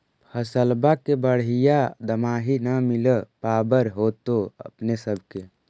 फसलबा के बढ़िया दमाहि न मिल पाबर होतो अपने सब के?